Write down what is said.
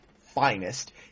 finest